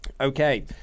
okay